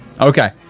Okay